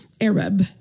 Arab